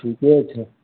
ठीके छै